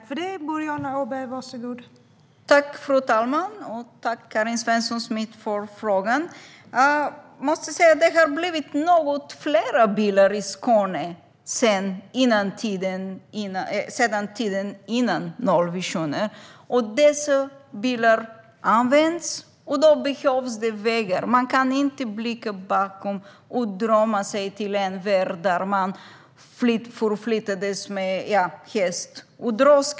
Fru talman! Tack, Karin Svensson Smith, för frågan! Det har blivit något fler bilar i Skåne sedan tiden före nollvisionen. Dessa bilar används, och då behövs vägar. Man kan inte blicka bakåt och drömma sig tillbaka till en värld där man förflyttades med häst och droska.